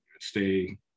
stay